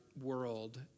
world